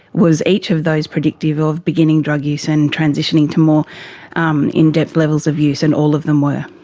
was each of those predictive of beginning drug use and transitioning to more um in-depth levels of use, and all of them were.